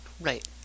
right